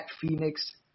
Phoenix